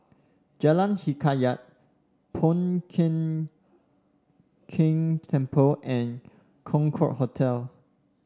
Jalan Hikayat Po Keng Keng Temple and Concorde Hotel